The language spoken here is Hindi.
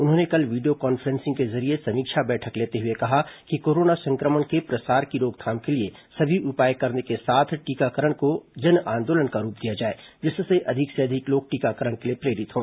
उन्होंने कल वीडियो कॉन्फ्रेंसिंग के जरिये समीक्षा बैठक लेते हुए कहा कि कोरोना संक्रमण के प्रसार की रोकथाम के लिए सभी उपाय करने के साथ टीकाकरण को जनआंदोलन का रूप दिया जाए जिससे अधिक से अधिक लोग टीकाकरण के लिए प्रेरित हों